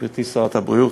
גברתי שרת הבריאות,